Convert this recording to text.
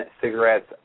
cigarettes